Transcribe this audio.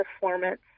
performance